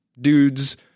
dudes